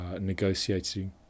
negotiating